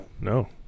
no